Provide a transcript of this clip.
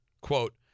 Quote